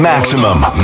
Maximum